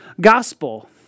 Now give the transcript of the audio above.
gospel